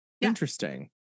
Interesting